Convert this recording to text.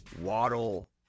Waddle